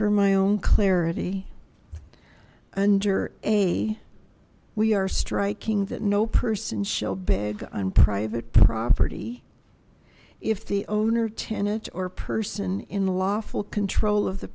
for my own clarity and or a we are striking that no person shall beg on private property if the owner tenet or person in the lawful control of the